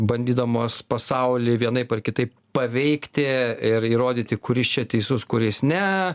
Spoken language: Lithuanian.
bandydamos pasaulį vienaip ar kitaip paveikti ir įrodyti kuris čia teisus kuris ne